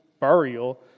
burial